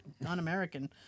non-American